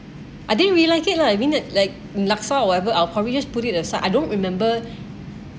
I didn't really like it lah I mean like like laksa or whatever I can just put it aside I don't remember